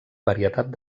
varietat